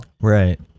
Right